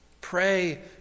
Pray